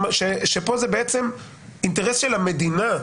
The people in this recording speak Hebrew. כאשר כאן זה בעצם אינטרס של המדינה,